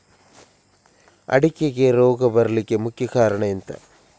ಅಡಿಕೆಗೆ ರೋಗ ಬರ್ಲಿಕ್ಕೆ ಮುಖ್ಯ ಕಾರಣ ಎಂಥ?